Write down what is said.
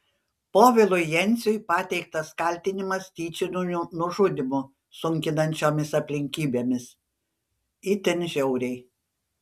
povilui jenciui pateiktas kaltinimas tyčiniu nužudymu sunkinančiomis aplinkybėmis itin žiauriai